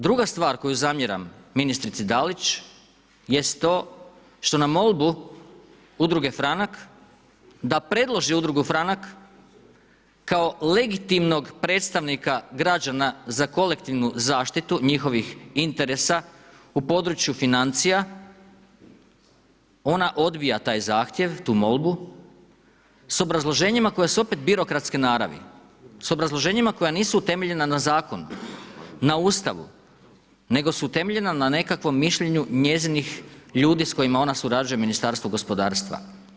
Druga stvar koju zamjeram ministrici Dalić jest to što na molbu Udruge franak da predloži Udrugu franak kao legitimnog predstavnika građana za kolektivnu zaštitu njihovih interesa u području financija ona odbija taj zahtjev, tu molbu s obrazloženjima koje su opet birokratske naravi, s obrazloženjima koja nisu utemeljena na zakonu, na Ustavu nego su utemeljena na nekakvom mišljenju njezinih ljudi s kojima ona surađuje u Ministarstvu gospodarstva.